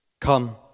Come